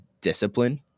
discipline